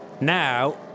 Now